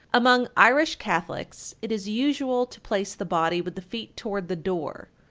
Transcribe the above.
among irish catholics it is usual to place the body with the feet toward the door.